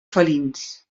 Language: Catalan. felins